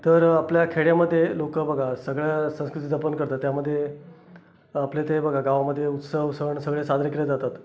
तर आपल्या खेड्यामधे लोकं बघा सगळ्या संस्कृती जपन करतात त्यामध्ये आपले ते हे बघा गावामधे उत्सव सण सगळे साजरे केले जातात